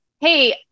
hey